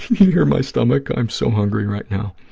hear my stomach? i am so hungry right now.